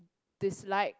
dislike